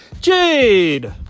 Jade